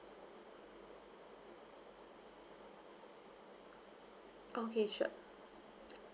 okay sure